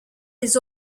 les